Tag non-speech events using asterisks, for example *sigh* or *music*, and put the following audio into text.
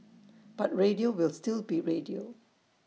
*noise* but radio will still be radio